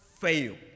fail